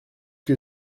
que